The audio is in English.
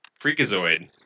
Freakazoid